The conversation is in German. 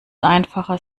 einfacher